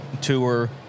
tour